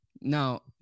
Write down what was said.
Now